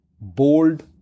bold